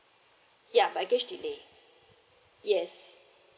ya package delay yes